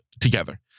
together